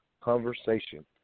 conversation